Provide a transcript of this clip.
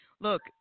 look